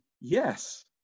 yes